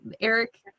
eric